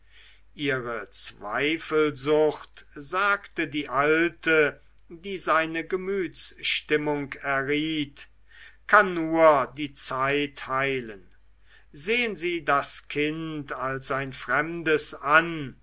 ihre zweifelsucht sagte die alte die seine gemütsstimmung erriet kann nur die zeit heilen sehen sie das kind als ein fremdes an